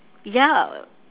ya